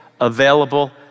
available